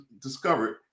discovered